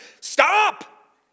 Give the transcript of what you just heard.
stop